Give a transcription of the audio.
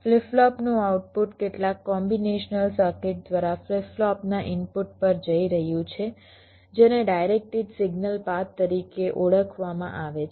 flip ફ્લોપનું output કેટલાક combinational circuit દ્વારા ફ્લિપ ફ્લોપના ઇનપુટ પર જઈ રહ્યું છે જેને ડાઇરેક્ટેડ સિગ્નલ પાથ તરીકે ઓળખવામાં આવે છે